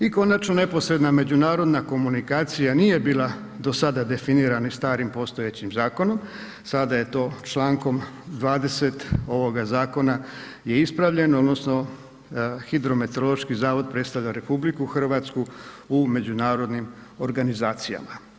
I konačno neposredna međunarodna komunikacija nije bila do sada definirana starim postojećim zakonom, sada je to člankom 20. ovoga Zakona je ispravljeno odnosno hidrometeorološki zavod predstavlja RH u međunarodnim organizacijama.